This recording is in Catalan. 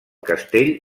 castell